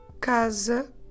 casa